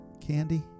candy